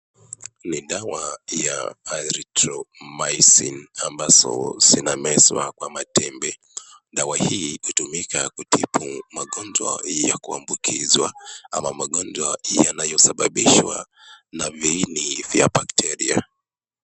Ni dawa ya Aritromycin ambazo zinamezwa kwa matembe. Dawa hii hutumika kutibu magonjwa ya kuambukizwa ama magonjwa yanayosababishwa na viini vya bakteria.